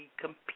compete